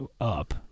up